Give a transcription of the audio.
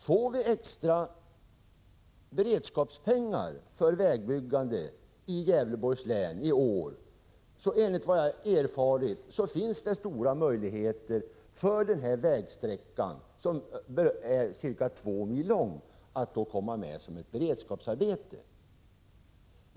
Får vi extra beredskapspengar för vägbyggande i Gävleborgs län i år, finns det alltså stora möjligheter för att den här vägsträckan, som är ca 2 mil lång, kommer fram som beredskapsarbete.